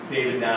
David